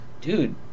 dude